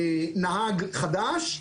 הנהג חדש,